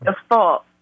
default